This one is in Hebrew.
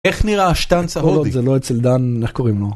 ‫איך נראה השטנץ ההודי? ‫-זה לא אצל דן, איך קוראים לו?